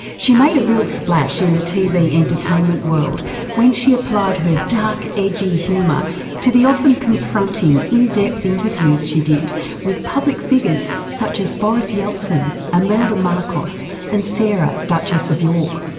she made a real splash in the tv entertainment world when she applied her dark, edgy humour to the often confronting in-depth interviews she did with public figures such as boris yeltsin, imelda marcos and sarah, duchess of york.